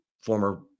former